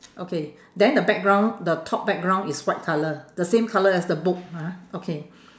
okay then the background the top background is white colour the same colour as the book ah okay